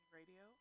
radio